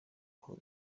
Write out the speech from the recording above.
aho